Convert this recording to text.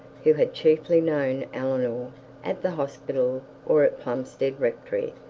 who had chiefly known eleanor at the hospital or at plumstead rectory,